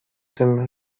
tym